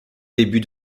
début